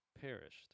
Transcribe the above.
perished